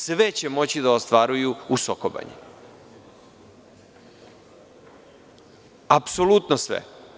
Sada će sve moći da ostvaruju u Soko Banji, apsolutno sve.